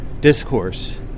discourse